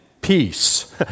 peace